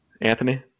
Anthony